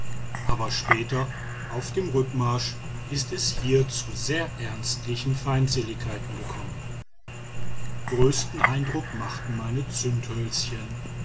aber später auf dem rückmarsch ist es hier zu sehr ernstlichen feindseligkeiten gekommen größten eindruck machten meine zündhölzchen